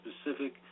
specific